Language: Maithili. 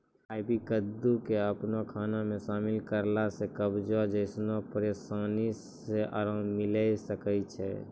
आइ.वी कद्दू के अपनो खाना मे शामिल करला से कब्जो जैसनो परेशानी से अराम मिलै सकै छै